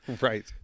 Right